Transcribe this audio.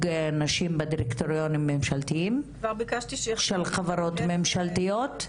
נשים בדירקטוריונים הממשלתיים של חברות ממשלתיות,